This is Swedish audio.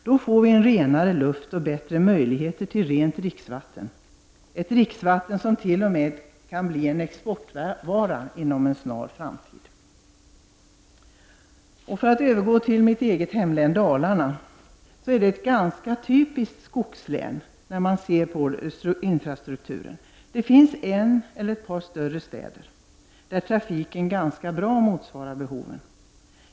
Då får vi renare luft och bättre möjligheter till rent dricksvatten, ett dricksvatten som t.o.m. kan bli en exportvara inom en snar framtid. Mitt eget hemlän Dalarna är ett ganska typiskt skogslän vad beträffar infrastrukturen. Det finns en eller ett par större städer där trafiken ganska bra motsvarar behoven.